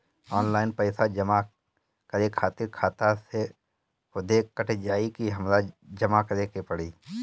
Online पैसा जमा करे खातिर खाता से खुदे कट जाई कि हमरा जमा करें के पड़ी?